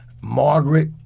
Margaret